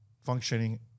functioning